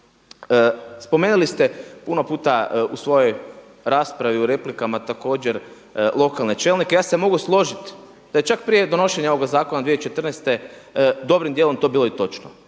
Spomenuli ste puno puta u svojoj raspravi u replikama također lokalne čelnike, ja se mogu složiti da je čak prije donošenja ovog zakona 2014. dobrim dijelom to bilo i točno.